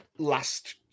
Last